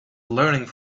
learning